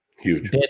Huge